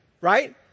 right